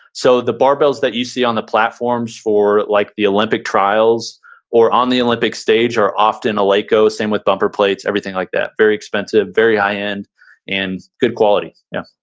so the barbells that you see on the platforms for like the olympic trials or on the olympic stage are often eleiko, same with bumper plates, everything like that, very expensive, very high-end and and good quality, yeah